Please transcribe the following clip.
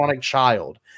child